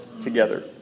together